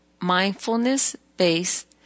Mindfulness-Based